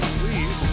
please